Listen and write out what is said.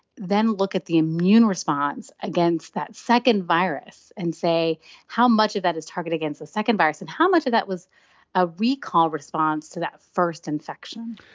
then look at the immune response against that second virus and say how much of that is targeted against the second virus, and how much of that was a recall response to that first infection.